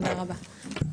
תודה רבה.